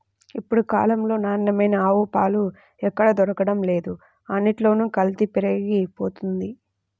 ఇప్పుడు కాలంలో నాణ్యమైన ఆవు పాలు ఎక్కడ దొరకడమే లేదు, అన్నిట్లోనూ కల్తీ పెరిగిపోతంది